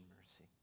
mercy